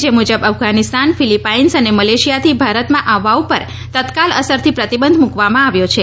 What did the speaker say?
જે મુજબ અફઘાનિસ્તાન ફિલિપાઇન્સ અને મલેશિયાથી ભારતમાં આવવા ઉપર તત્કાલક અસરથી પ્રતિબંધ મૂકવામાં આવ્યો છે